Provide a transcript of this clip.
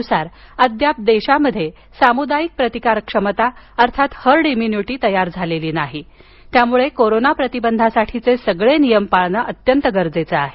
आयसीएमआरच्या अहवालानुसार अद्याप देशांत सामुदायिक प्रतिकारक्षमता अर्थात हर्ड इम्युनिटी तयार झालेली नाही त्यामुळे कोरोना प्रतिबंधासाठीचे सगळे नियम पाळणं गरजेचं आहे